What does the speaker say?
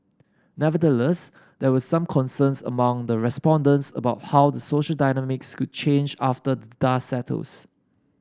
nevertheless there were some concerns among the respondents about how the social dynamics could change after dust settles